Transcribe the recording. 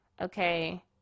okay